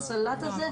הסלט הזה,